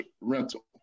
rental